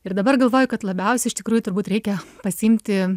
ir dabar galvoju kad labiausiai iš tikrųjų turbūt reikia pasiimti